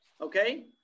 Okay